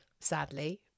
sadly